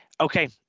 Okay